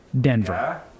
Denver